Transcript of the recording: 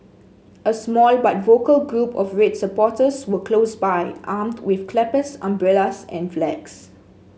a small but vocal group of red supporters were close by armed with clappers umbrellas and flags